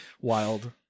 Wild